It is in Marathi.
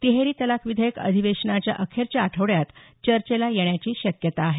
तिहेरी तलाक विधेयक अधिवेशनाच्या अखेरच्या आठवड्यात चर्चेला येण्याची शक्यता आहे